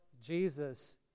Jesus